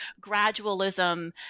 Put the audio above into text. gradualism